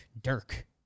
Dirk